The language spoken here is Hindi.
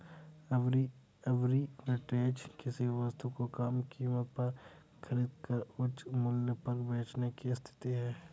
आर्बिट्रेज किसी वस्तु को कम कीमत पर खरीद कर उच्च मूल्य पर बेचने की स्थिति है